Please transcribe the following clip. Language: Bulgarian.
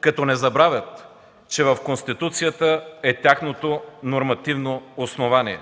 като не забравят, че в Конституцията е тяхното нормативно основание.